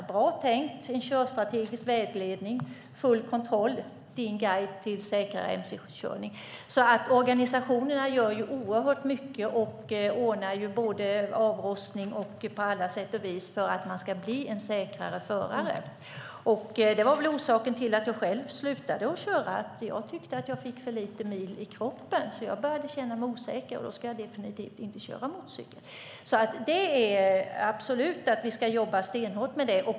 Publikationerna heter Bra tänkt: En körstrategisk vägledning och Full kontroll: Din guide till säkrare MC-körning. Organisationerna gör oerhört mycket och ordnar avrostning och annat för att man ska bli en säkrare förare. Orsaken till att jag själv slutade köra var att jag tyckte att jag fick för lite mil i kroppen. Jag började känna mig osäker, och då ska man definitivt inte köra motorcykel. Vi ska jobba stenhårt med detta.